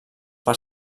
per